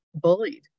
Bullied